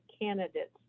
candidates